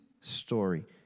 story